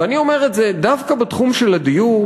ואני אומר את זה דווקא בתחום של הדיור,